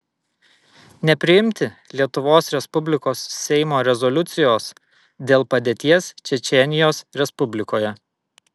nepriimti lietuvos respublikos seimo rezoliucijos dėl padėties čečėnijos respublikoje